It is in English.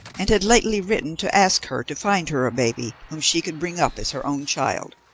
and had lately written to ask her to find her a baby whom she could bring up as her own child.